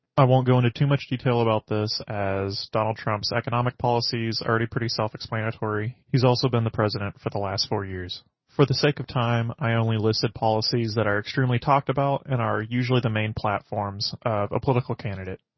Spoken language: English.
i won't go into too much detail about this as donald trump's economic policies already pretty self-explanatory, he's also been the president for the last four years. for the sake of time, i only listed policies that are extremely talked about and are usually the main platforms of a political candidate.